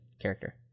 character